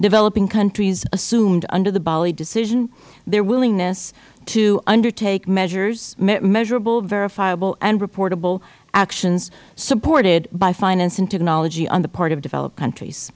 developing countries assumed under the bali decision their willingness to undertake measurable verifiable and reportable actions supported by finance and technology on the part of developed countries